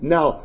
Now